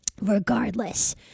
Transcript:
Regardless